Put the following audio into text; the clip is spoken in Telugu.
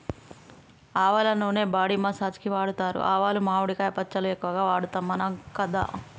ఆవల నూనె బాడీ మసాజ్ కి వాడుతారు ఆవాలు మామిడికాయ పచ్చళ్ళ ఎక్కువ వాడుతాం మనం కదా